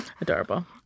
Adorable